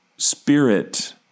Spirit